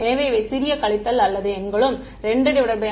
எனவே இவை சிறிய கழித்தல் அனைத்து எண்களும் 25 0